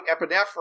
epinephrine